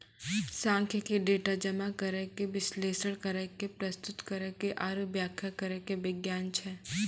सांख्यिकी, डेटा जमा करै के, विश्लेषण करै के, प्रस्तुत करै के आरु व्याख्या करै के विज्ञान छै